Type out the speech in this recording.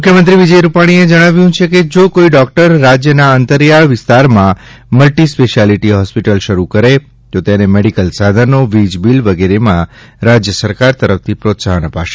મુખ્યમંત્રી શ્રી વિજય રૂપાણીએ જણાવ્યું છે કે જો કોઈ ડોક્ટર રાજ્યના અંતરિયાળ વિસ્તારમાં મલ્ટિ સ્પેશિયાલીટી હોસ્પિટલ શરૂ કરે તો તેને મેડિકલ સાધનો વીજ બીલ વગેરેમાં રાજ્ય સરકાર તરફથી પ્રોત્સાહન અપાશે